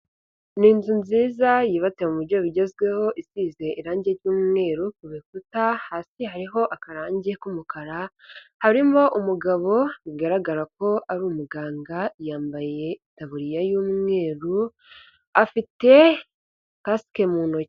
Ni inzu nziza yubatswe mu buryo bugezweho, isize irange ry'umweru ku bikuta, hasi hariho akarange k'umukara, harimo umugabo bigaragara ko ari umuganga yambaye itaburiya y'umweru afite kasike mu ntoki.